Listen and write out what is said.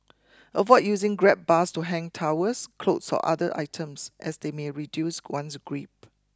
avoid using grab bars to hang towels clothes or other items as they may reduce one's grip